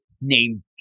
named